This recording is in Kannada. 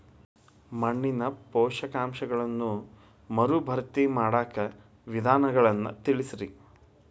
ಮಣ್ಣಿನ ಪೋಷಕಾಂಶಗಳನ್ನ ಮರುಭರ್ತಿ ಮಾಡಾಕ ವಿಧಾನಗಳನ್ನ ತಿಳಸ್ರಿ